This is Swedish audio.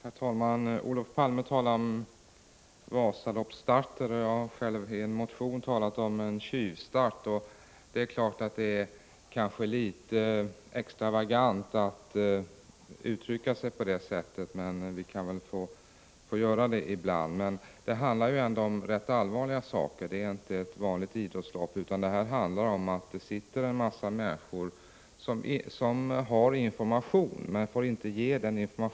Herr talman! Olof Palme talade om Vasaloppsstarten. Jag har själv i en motion talat om tjuvstart. Det är kanske litet extravagant att uttrycka sig på det sättet, men vi kan väl få göra det ibland, trots att det ändå handlar om rätt allvarliga saker. Det är här inte fråga om ett vanligt idrottslopp, utan det gäller en massa människor som sitter inne med information men som inte får föra deuna vidare.